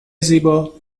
زیبا